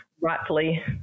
rightfully